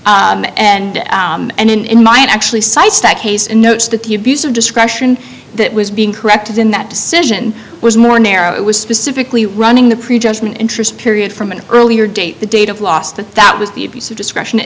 aunt and in my actually cites that case in notes that the abuse of discretion that was being corrected in that decision was more narrow it was specifically running the pre judgment interest period from an earlier date the date of last that that was the abuse of discretion it